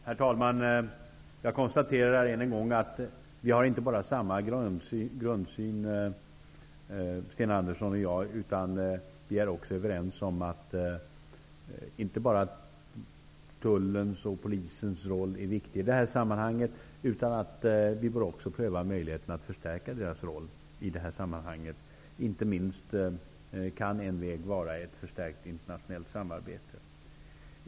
Herr talman! Jag konstaterar ännu en gång att Sten Andersson och jag inte bara har samma grundsyn utan också är överens om att inte bara tullens och polisens roll är viktig. Vi bör också pröva möjligheten att förstärka deras roll i det här sammanhanget. Inte minst kan en väg här vara att arbeta för ett förstärkt internationellt samarbete.